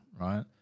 right